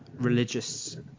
religious